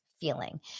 feeling